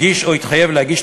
הגיש או התחייב להגיש,